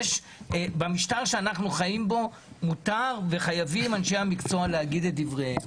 יש במשטר שאנחנו חיים בו מותר וחייבים אנשי המקצוע להגיד את דבריהם.